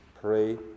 pray